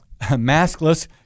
maskless